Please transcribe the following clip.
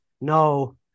No